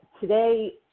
today